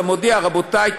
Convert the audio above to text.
ואתה מודיע: רבותי,